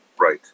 Right